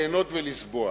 ליהנות ולשבוע.